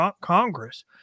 Congress